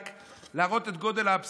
רק להראות את גודל האבסורד,